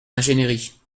ingénierie